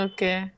Okay